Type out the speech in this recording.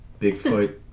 Bigfoot